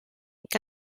que